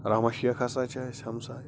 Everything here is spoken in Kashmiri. رَحمان شیخ ہَسا چھُ اسہِ ہَمساے